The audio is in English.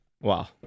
Wow